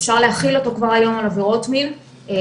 אפשר להכיל אותו כבר היום על עבירות מין ובעצם,